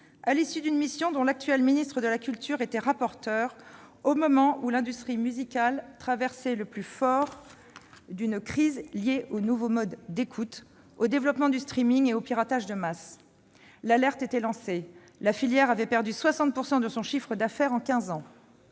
à l'issue d'une mission dont l'actuel ministre de la culture était le rapporteur, au moment où l'industrie musicale traversait le plus fort d'une crise liée aux nouveaux modes d'écoute, au développement du et au piratage de masse. L'alerte était lancée alors que le chiffre d'affaires de la